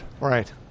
Right